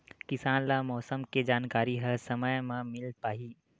किसान ल मौसम के जानकारी ह समय म मिल पाही?